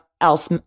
else